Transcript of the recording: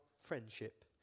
friendship